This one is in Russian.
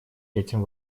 этим